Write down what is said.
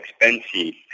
expensive